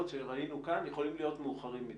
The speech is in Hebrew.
שראינו כאן יכולים להיות מאוחרים מידיי.